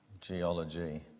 geology